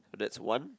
that's one